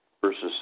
versus